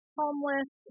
homeless